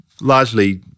largely